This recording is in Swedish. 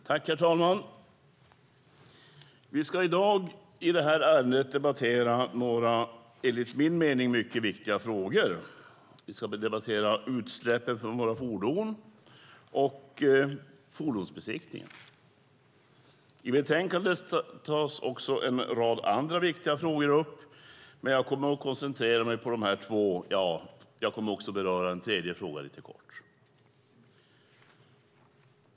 Herr talman! Vi ska i dag i det här ärendet debattera några enligt min mening mycket viktiga frågor. Vi ska debattera utsläppen från våra fordon och fordonsbesiktningen. I betänkandet tas också en rad andra viktiga frågor upp, men jag kommer att koncentrera mig på dessa två frågor - ja, jag kommer också att beröra en tredje fråga lite kort.